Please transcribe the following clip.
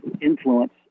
influence